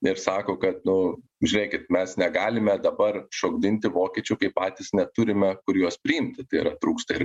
ir sako kad nu žiūrėkit mes negalime dabar šokdinti vokiečių kai patys neturime kur juos priimti tai yra trūksta ir